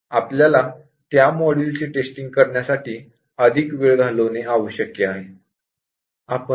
आपल्याला त्या मॉड्यूलची टेस्टिंग करण्यासाठी अधिक वेळ घालवणे आवश्यक आहे